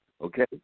Okay